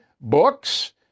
Books